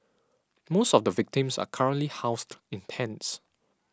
most of the victims are currently housed in tents